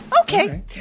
Okay